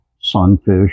sunfish